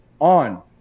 on